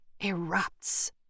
erupts